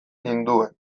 ninduen